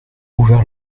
ouvert